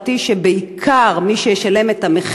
כשמי שבעיקר ישלמו את המחיר,